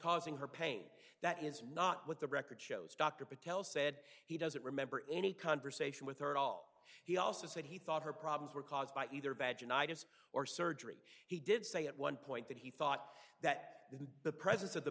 causing her pain that is not what the record shows dr patel said he doesn't remember any conversation with her at all he also said he thought her problems were caused by either bad unitas or surgery he did say at one point that he thought that the presence of the